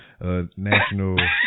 National